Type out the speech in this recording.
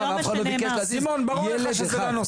אף אחד לא ביקש להזיז ילד אחד,